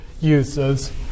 uses